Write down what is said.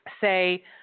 say